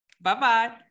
Bye-bye